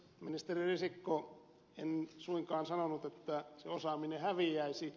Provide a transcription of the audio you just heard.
ministeri risikko en suinkaan sanonut että se osaaminen häviäisi